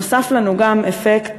נוסף לנו גם אפקט